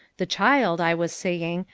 the child, i was saying,